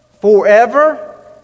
forever